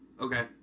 Okay